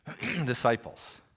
disciples